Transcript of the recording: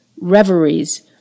reveries